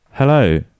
Hello